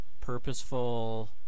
purposeful